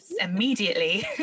immediately